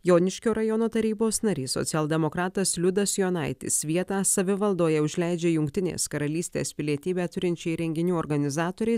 joniškio rajono tarybos narys socialdemokratas liudas jonaitis vietą savivaldoje užleidžia jungtinės karalystės pilietybę turinčiai renginių organizatorei